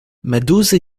meduzy